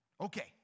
Okay